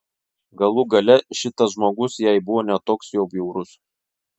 galų gale šitas žmogus jai buvo ne toks jau bjaurus